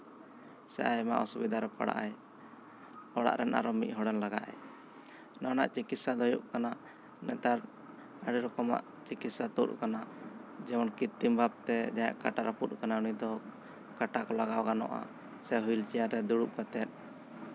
ᱥᱮ ᱟᱭᱢᱟ ᱚᱥᱩᱵᱤᱫᱷᱟ ᱨᱮ ᱯᱟᱲᱟᱜ ᱟᱭ ᱚᱲᱟᱜ ᱨᱮᱱ ᱟᱨᱚ ᱢᱤᱫ ᱦᱚᱲᱮ ᱞᱟᱜᱟᱜ ᱟᱭ ᱱᱚᱣᱟ ᱨᱮᱱᱟᱜ ᱪᱤᱠᱤᱛᱥᱟ ᱫᱚ ᱦᱩᱭᱩᱜ ᱠᱟᱱᱟ ᱱᱮᱛᱟᱨ ᱟᱹᱰᱤ ᱨᱚᱠᱚᱢᱟᱜ ᱪᱤᱠᱤᱛᱥᱟ ᱛᱩᱫ ᱠᱟᱱᱟ ᱡᱮᱢᱚᱱ ᱠᱤᱛᱛᱤᱢ ᱵᱷᱟᱵᱛᱮ ᱡᱟᱦᱟᱸᱭᱟᱜ ᱠᱟᱴᱟ ᱨᱟᱹᱯᱩᱫ ᱠᱟᱱᱟ ᱩᱱᱤ ᱫᱚ ᱠᱟᱴᱟ ᱠᱚ ᱞᱟᱜᱟᱣ ᱜᱟᱱᱚᱜᱼᱟ ᱥᱮ ᱦᱩᱭᱤᱞ ᱪᱮᱭᱟᱨ ᱨᱮ ᱫᱩᱲᱩᱵ ᱠᱟᱛᱮᱫ